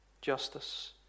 Justice